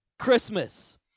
Christmas